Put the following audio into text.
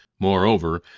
Moreover